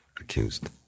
accused